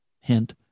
hint